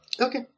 Okay